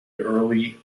early